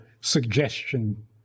suggestion